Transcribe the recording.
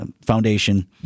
Foundation